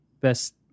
Best